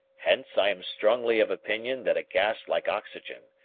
hence i am strongly of opinion that a gas like oxygen,